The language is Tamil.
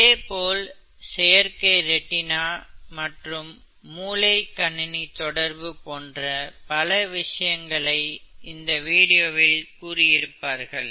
இதேபோல் செயற்கை ரெட்டினா மற்றும் மூளை கணினி தொடர்பு போன்ற பல விஷயங்களை இந்த வீடியோவில் கூறியிருப்பார்கள்